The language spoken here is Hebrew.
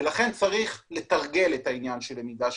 לכן צריך לתרגל את העניין של למידה שיתופית.